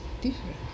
different